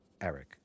Eric